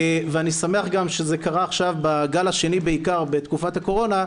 ואני שמח גם שזה קרה עכשיו בגל השני בעיקר בתקופת הקורונה,